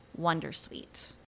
Wondersuite